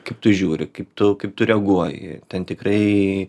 kaip tu žiūri kaip tu kaip tu reaguoji ten tikrai